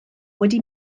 wedi